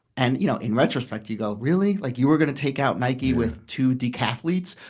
and, you know, in retrospect you go, really? like you were going to take out nike with two decathletes?